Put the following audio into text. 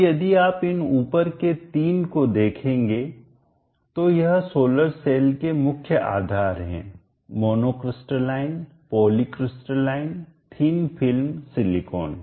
तो यदि आप इन ऊपर के तीन को देखें तो यह सोलर सेल के मुख्य आधार हैं monocrystalline polycrystalline thin film silicon